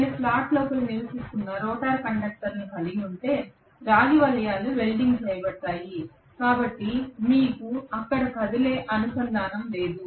నేను స్లాట్ లోపల నివసిస్తున్న రోటర్ కండక్టర్లను కలిగి ఉంటే రాగి వలయాలు వెల్డింగ్ చేయబడతాయి కాబట్టి మీకు అక్కడ కదిలే అనుసంధానము లేదు